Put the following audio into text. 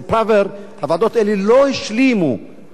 הוועדות האלה לא השלימו את המלאכה,